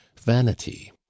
vanity